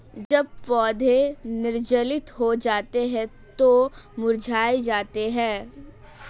जब पौधे निर्जलित हो जाते हैं तो मुरझा जाते हैं